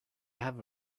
have